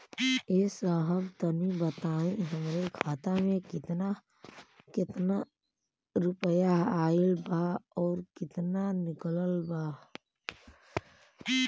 ए साहब तनि बताई हमरे खाता मे कितना केतना रुपया आईल बा अउर कितना निकलल बा?